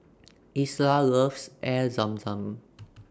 Isla loves Air Zam Zam